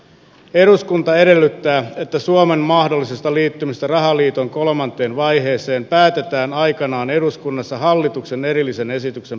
eduskunta edellyttää että suomen mahdollisesta liittymisestä rahaliiton kolmanteen vaiheeseen päätetään aikanaan eduskunnassa hallituksen erillisen esityksen perusteella